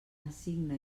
assigna